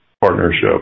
partnership